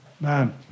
man